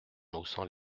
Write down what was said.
haussant